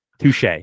touche